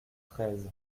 treize